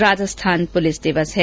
आज राजस्थान पुलिस दिवस है